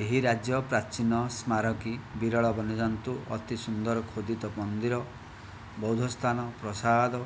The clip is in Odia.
ଏହି ରାଜ୍ୟ ପ୍ରାଚୀନ ସ୍ମାରକୀ ବିରଳ ବନ୍ୟଜନ୍ତୁ ଅତିସୁନ୍ଦର ଖୋଦିତ ମନ୍ଦିର ବୌଦ୍ଧ ସ୍ଥାନ ପ୍ରାସାଦ